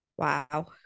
Wow